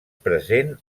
present